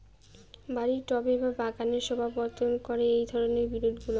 বাড়ির টবে বা বাগানের শোভাবর্ধন করে এই ধরণের বিরুৎগুলো